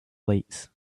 lights